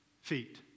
feet